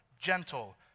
gentle